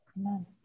Amen